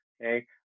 Okay